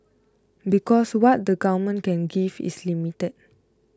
because what the government can give is limited